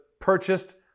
purchased